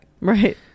Right